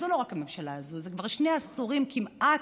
זו לא רק הממשלה הזאת, זה כבר שני עשורים כמעט